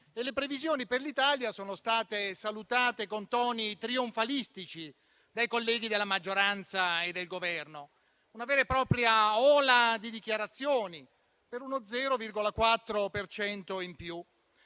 le previsioni per l'Italia sono state salutate con toni trionfalistici dai colleghi della maggioranza e del Governo: una vera e propria ola di dichiarazioni per uno 0,4 per